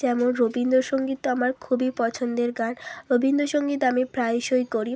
যেমন রবীন্দ্রসঙ্গীত তো আমার খুবই পছন্দের গান রবীন্দ্রসঙ্গীত আমি প্রায়শই করি